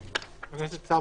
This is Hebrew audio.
--- חבר הכנסת סער,